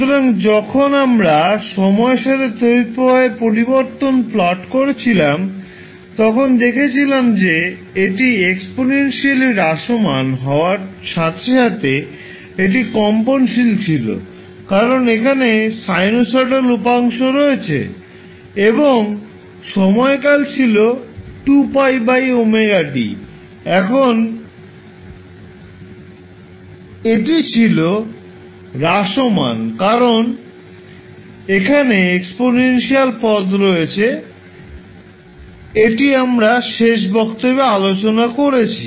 সুতরাং যখন আমরা সময়ের সাথে তড়িৎ প্রবাহের পরিবর্তন প্লট করেছিলাম তখন দেখেছিলাম যে এটি এক্সপনেন্সিয়ালি হ্রাসমান হওয়ার সাথে সাথে এটি কম্পনশীল ছিল কারণ এখানে সাইনোসয়েডাল উপাংশ আছে এবং সময়কাল ছিল 2Π ωd এবং এটি ছিল হ্রাসমান কারণ এখানে এক্সপনেন্সিয়াল পদ আছে এটি আমরা শেষ বক্তব্যে আলোচনা করেছি